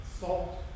salt